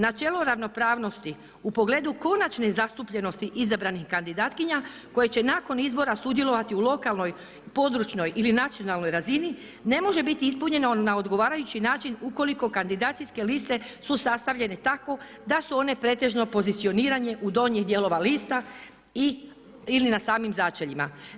Načelo ravnopravnosti u pogledu konačne zastupljenosti izabranih kandidatkinja koje će nakon izbora sudjelovati u lokalnoj, područnoj ili nacionalnoj razini ne može biti ispunjeno na odgovarajući način ukoliko kandidacijske liste su sastavljene tako da su one pretežno pozicionirane u donje dijelove lista ili na samim začeljima.